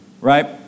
right